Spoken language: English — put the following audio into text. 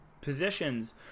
positions